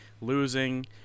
Losing